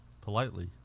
Politely